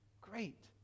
great